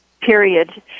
period